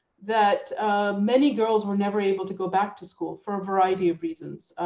that many girls were never able to go back to school for a variety of reasons.